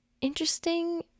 interesting